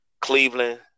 Cleveland